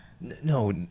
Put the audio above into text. no